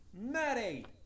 Maddie